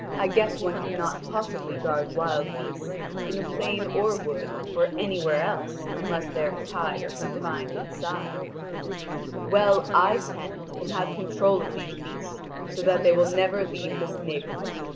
i guess one cannot possibly guard wild beasts in a plain or wood or anywhere else unless they are tied or confined inside well, i tend and have control of these beasts so that they will never leave this neighbourhood